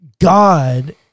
God